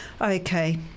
Okay